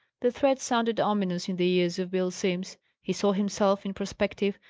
the threat sounded ominous in the ears of bill simms he saw himself, in prospective,